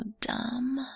dumb